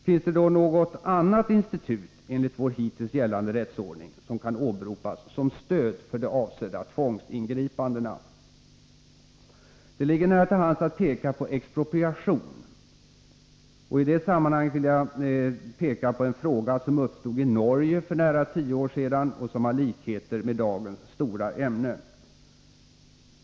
Finns det då något annat institut enligt vår hittills gällande rättsordning som kan åberopas som stöd för de avsedda tvångsingripandena? Det ligger nära till hands att tänka på expropriation. I det sammanhanget vill jag erinra om en fråga som uppstod i Norge för nära tio år sedan och som har likheter med dagens stora ämne.